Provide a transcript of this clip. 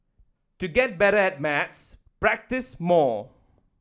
to get better at maths practise more